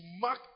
mark